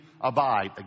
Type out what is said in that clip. abide